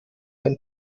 von